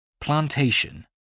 plantation